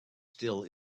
still